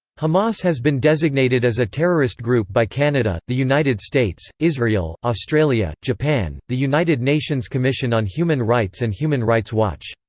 hamas has been designated as a terrorist group by canada, the united states, israel, australia, japan, the united nations commission on human rights and human rights watch.